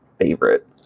favorite